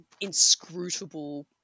inscrutable